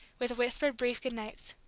with whispered brief good-nights.